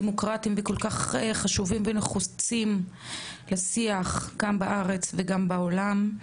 דמוקרטיים וכל כך חשובים ונחוצים לשיח כאן בארץ וגם בעולם.